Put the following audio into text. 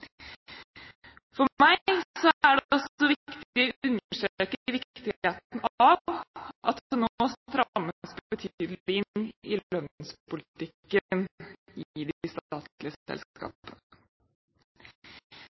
også viktig å understreke viktigheten av at det nå strammes betydelig inn i lønnspolitikken i